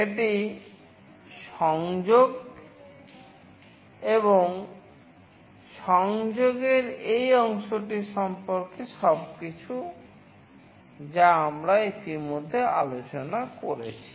এটি সংযোগ এবং সংযোগের এই অংশটি সম্পর্কে সব কিছু যা আমরা ইতিমধ্যে আলোচনা করেছি